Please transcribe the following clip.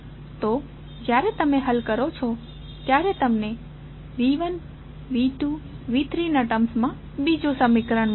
તો જ્યારે તમે હલ કરો ત્યારે તમને V1 V2 V3ના ટર્મ્સ માં બીજું સમીકરણ મળે છે